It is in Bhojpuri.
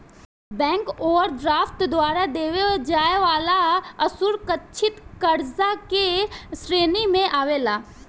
बैंक ओवरड्राफ्ट द्वारा देवे जाए वाला असुरकछित कर्जा के श्रेणी मे आवेला